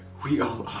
we all